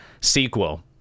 sequel